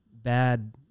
bad